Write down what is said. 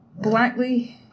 Blackley